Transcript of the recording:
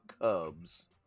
Cubs